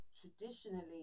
traditionally